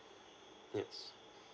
yes